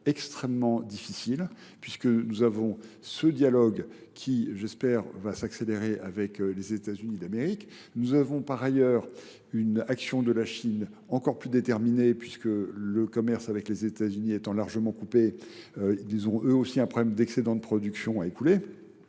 extrêmement difficile, puisque nous avons ce dialogue qui, j'espère, va s'accélérer avec les États-Unis et l'Amérique. Nous avons par ailleurs une action de la Chine encore plus déterminée, puisque le commerce avec les États-Unis étant largement coupé, ils ont eux aussi un problème d'excédent de production à écouler,